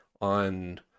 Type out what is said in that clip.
on